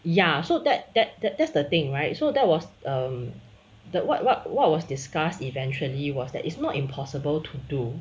ya so that that that that's the thing right so that was um the what what what was discussed eventually was that it's not impossible to do